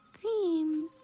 cream